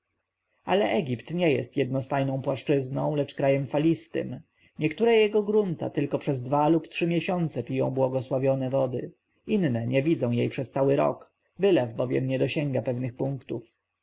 ale egipt nie jest jednostajną płaszczyzną lecz krajem dalistym i niektóre jego grunta tylko przez dwa lub trzy miesiące piją błogosławione wody inne nie widzą jej przez rok cały wylew bowiem nie dosięga pewnych punktów